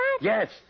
Yes